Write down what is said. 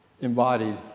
Embodied